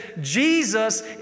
Jesus